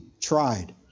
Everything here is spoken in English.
tried